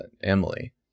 emily